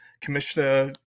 Commissioner